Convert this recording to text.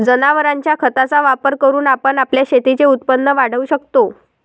जनावरांच्या खताचा वापर करून आपण आपल्या शेतीचे उत्पन्न वाढवू शकतो